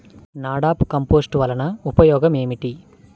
NADEP compost వలన ఉపయోగం ఏమిటి?